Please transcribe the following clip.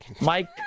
Mike